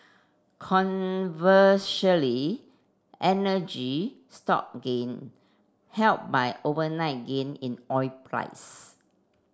energy stock gained helped by overnight gain in oil price